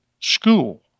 School